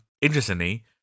Interestingly